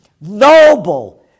noble